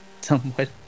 Somewhat